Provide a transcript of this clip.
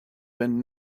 been